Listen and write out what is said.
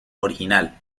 original